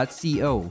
co